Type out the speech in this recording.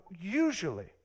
Usually